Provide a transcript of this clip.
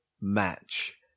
match